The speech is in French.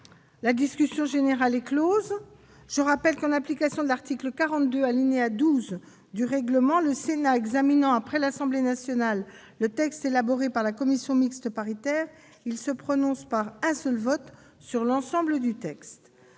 la commission mixte paritaire. Je rappelle que, en application de l'article 42, alinéa 12, du règlement, lorsqu'il examine après l'Assemblée nationale le texte élaboré par la commission mixte paritaire, le Sénat se prononce par un seul vote sur l'ensemble du texte.